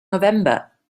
november